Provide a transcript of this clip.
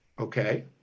okay